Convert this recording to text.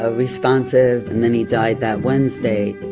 ah responsive, and then he died that wednesday